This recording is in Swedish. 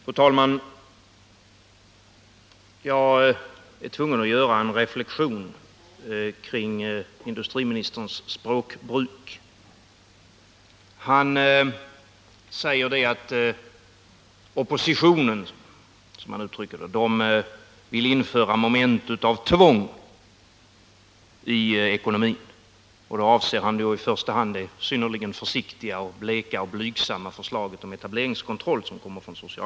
Fru talman! Jag är tvungen att göra en reflexion kring industriministerns språkbruk. Han säger att ”oppositionen” vill införa moment av tvång i ekonomin, och då avser han i första hand socialdemokraternas synnerligen försiktiga, bleka och blygsamma förslag om etableringskontroll.